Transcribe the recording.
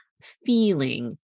feeling